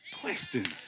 questions